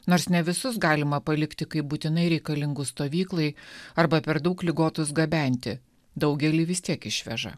nors ne visus galima palikti kaip būtinai reikalingus stovyklai arba per daug ligotus gabenti daugelį vis tiek išveža